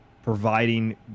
providing